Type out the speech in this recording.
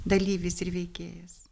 dalyvis ir veikėjas